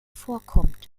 vorkommt